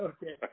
Okay